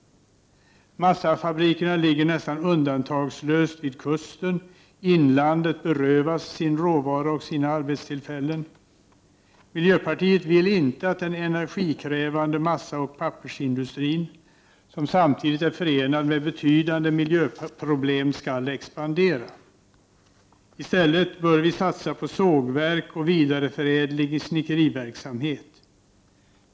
Massafabrikerna ligger nästan undantagslöst vid kusten. Inlandet berövas sin råvara och sina arbetstillfällen. Miljöpartiet vill inte att den energikrävande massaoch pappersindustrin, som samtidigt är förenad med betydande miljöproblem, skall expandera. I stället bör vi satsa på sågverk och vidareförädling i snickeriverksamhet.